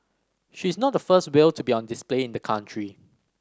she is not the first whale to be on display in the country